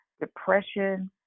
depression